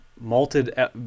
malted